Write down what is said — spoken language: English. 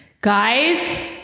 Guys